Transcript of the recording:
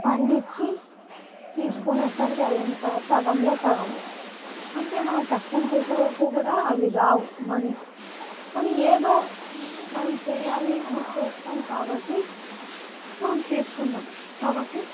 పండించి తీసుకునే సరికి అది ఎంత సగంలో సగం అంతే మనం కష్టం చేసే వరకు కూడా అవి రావు మనీ కనీ ఏదో మనం చేయాలి అని చేస్తాము కాబట్టి మనం చేస్తున్నాము కాబట్టి